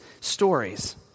stories